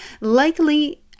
Likely